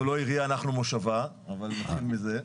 אנחנו לא עירייה, אנחנו מושבה, נתחיל מזה.